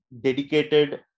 dedicated